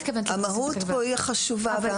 המהות פה היא החשובה והמהות ברורה.